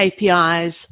KPIs